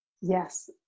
yes